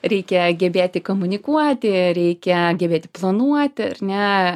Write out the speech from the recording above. reikia gebėti komunikuoti reikia gebėti planuoti ar ne